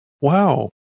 wow